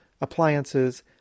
appliances